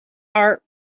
heart